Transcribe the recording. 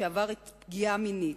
שעברה פגיעה מינית,